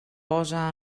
posa